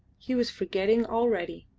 he was forgetting already.